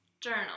journal